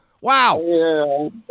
Wow